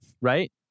right